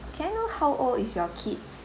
can I know how old is your kids